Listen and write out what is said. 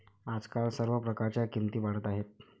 आजकाल सर्व प्रकारच्या किमती वाढत आहेत